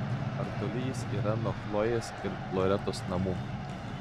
ar toli jis yra nuo chlojės ir loretos namų